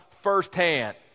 firsthand